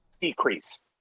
decrease